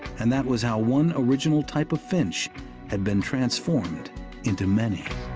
and that was how one original type of finch had been transformed into many.